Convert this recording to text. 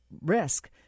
risk